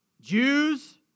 Jews